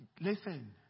Listen